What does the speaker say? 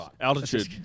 altitude